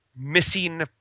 missing